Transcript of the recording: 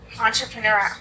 Entrepreneur